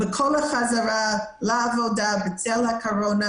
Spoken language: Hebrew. בכל החזרה לעבודה בצל הקורונה,